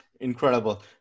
Incredible